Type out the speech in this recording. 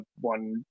one